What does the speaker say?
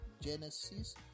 Genesis